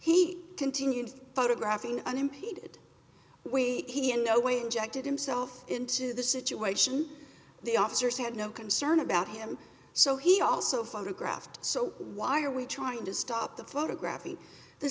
he continued photographing unimpeded we he in no way injected himself into the situation the officers had no concern about him so he also photographed so why are we trying to stop the photographing the